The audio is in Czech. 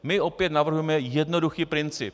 My opět navrhujeme jednoduchý princip.